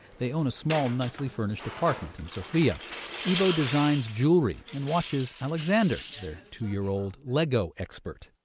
they own a small, nicely-furnished apartment in sofia. ivo designs jewelry and watches alexander, their two-year-old lego expert.